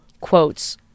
quotes